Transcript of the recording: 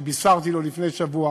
שבישרתי לו לפני שבוע